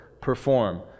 perform